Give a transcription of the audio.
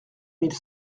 mille